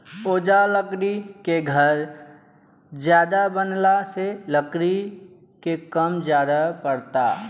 ओजा लकड़ी के घर ज्यादे बनला से लकड़ी के काम ज्यादे परता